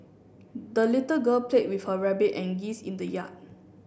the little girl played with her rabbit and geese in the yard